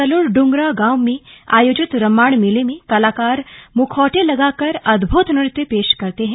सलुड़ डुंग्रा गांव में आयोजित रम्माण मेले में कलाकार मुखौटे लगाकर अद्भुत नृत्य पेश करते हैं